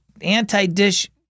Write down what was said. anti-dish